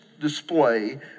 display